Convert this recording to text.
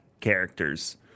character's